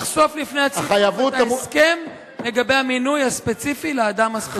לחשוף בפני הציבור את ההסכם לגבי המינוי הספציפי לאדם הספציפי.